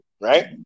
right